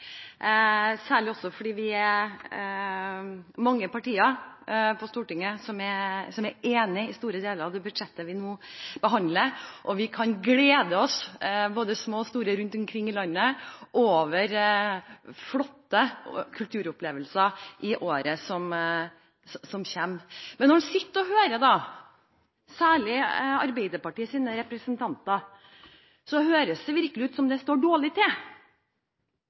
særlig fordi vi er mange partier på Stortinget som er enig i store deler av det – og vi kan glede oss, både små og store rundt omkring i landet, over flotte kulturopplevelser i året som kommer. Men når en hører på særlig Arbeiderpartiets representanter, høres det virkelig ut som om det står dårlig til.